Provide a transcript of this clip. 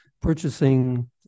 purchasing